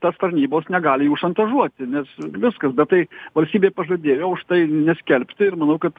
tas tarnybos negali jų šantažuoti nes viskas bet tai valstybė pažadėjo už tai neskelbti ir manau kad